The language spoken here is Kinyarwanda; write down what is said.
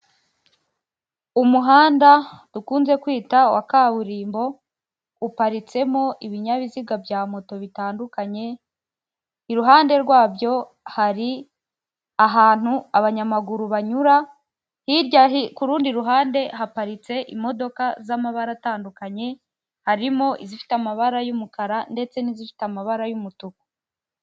Umuhanda dukunze kwita wa kaburimbo, uparitsemo ibinyabiziga bya moto bitandukanye, iruhande rwabyo hari ahantu abanyamaguru banyura, hirya k'urundi ruhande haparitse imodoka z'amabara atandukanye, harimo izifite amabara y'umukara ndetse n'izifite amabara y'umutuku.